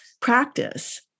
practice